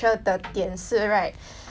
their buffet includes all the